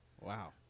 wow